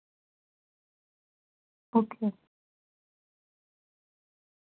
okay